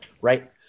right